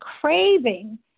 craving